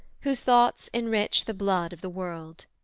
whose thoughts enrich the blood of the world